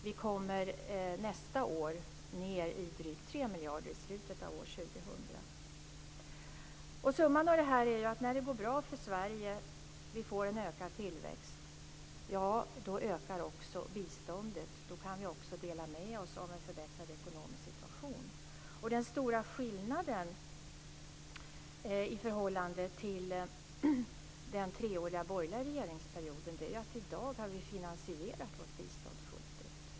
Vi kommer ned till drygt 3 miljarder i slutet av år 2000. Summan av detta är att när det går bra för Sverige och vi får en ökad tillväxt ökar också biståndet. Då kan vi också dela med oss av en förbättrad ekonomisk situation. Den stora skillnaden i förhållande till den treåriga borgerliga regeringsperioden är att i dag har vi finansierat vårt bistånd fullt ut.